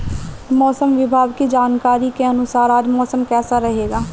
मौसम विभाग की जानकारी के अनुसार आज मौसम कैसा रहेगा?